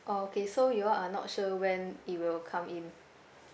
oh okay so you all are not sure when it will come in